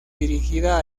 dirigida